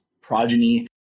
progeny